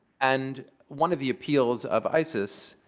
and one of the appeals of isis,